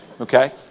Okay